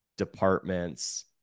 departments